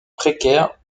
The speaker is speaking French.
précaire